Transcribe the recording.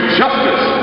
justice